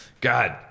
God